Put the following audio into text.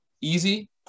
Easy